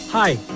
Hi